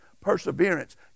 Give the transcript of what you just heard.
perseverance